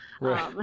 Right